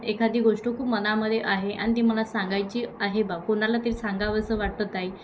एखादी गोष्ट खूप मनामध्ये आहे आणि ती मला सांगायची आहे बा कोणाला ते सांगावंसं वाटत आहे